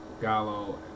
Gallo